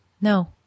No